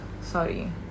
sorry